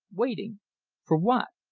waiting for what?